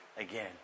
again